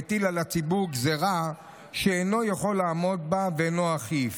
הוא מטיל על הציבור גזרה שאינו יכול לעמוד בה ואינו אכיף.